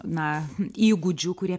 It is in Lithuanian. na įgūdžių kurie